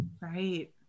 Right